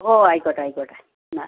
ഓഹ് ആയിക്കോട്ടെ ആയിക്കോട്ടെ എന്നാൽ